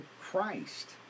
Christ